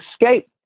escape